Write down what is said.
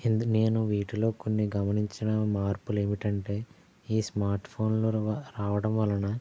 నేను వీటిలో కొన్ని గమనించిన మార్పులు ఏమిటంటే ఈ స్మార్ట్ఫోన్లు రావటం వలన